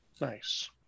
Nice